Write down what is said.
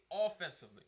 offensively